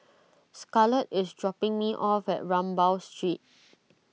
Scarlet is dropping me off at Rambau Street